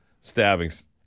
Stabbings